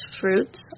fruits